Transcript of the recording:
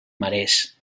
marès